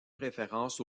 préférence